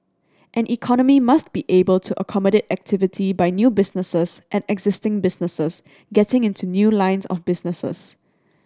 an economy must be able to accommodate activity by new businesses and existing businesses getting into new lines of businesses